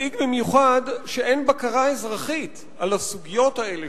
מדאיג במיוחד שאין בקרה אזרחית על הסוגיות האלה,